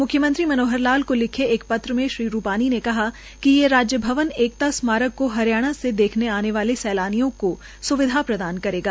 मुख्यमंत्री मनोहर लाल को लिखे पत्र में श्री रूपानी ने कहा है कि ये राज्य भवन एकता का स्मारक को हरियाणा से देखने आने वाले सैलानियों के सुविधा प्रदान करेगा